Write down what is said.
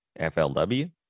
FLW